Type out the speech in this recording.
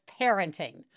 parenting